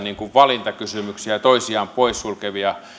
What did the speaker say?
valintakysymyksiä toisiaan poissulkevia